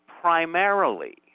primarily